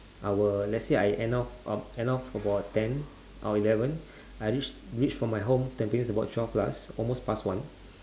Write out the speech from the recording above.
I will let's say I end off um end off about ten or eleven I reach reach from my home tampines about twelve plus almost past one